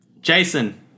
Jason